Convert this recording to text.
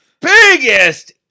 biggest